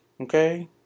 Okay